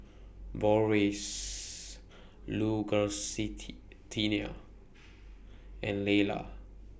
Boris and Leyla